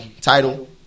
title